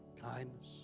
kindness